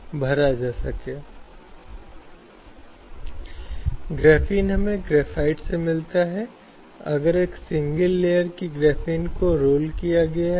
स्थिति काफी गंभीर है और इस तरह की प्रथाओं को खत्म करने की दिशा में प्रभावी कदम उठाने की आवश्यकता है